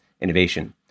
innovation